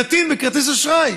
תטעין בכרטיס אשראי.